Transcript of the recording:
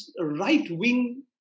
right-wing